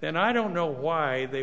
then i don't know why they